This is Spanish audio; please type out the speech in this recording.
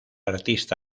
artista